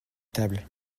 table